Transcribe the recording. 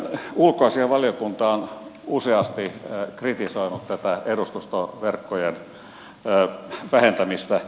ulkoasiainvaliokunta on useasti kritisoinut tätä edustustoverkkojen vähentämistä